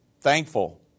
Thankful